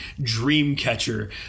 Dreamcatcher